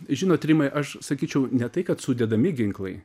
žinot rimai aš sakyčiau ne tai kad sudedami ginklai